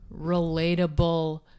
relatable